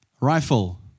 rifle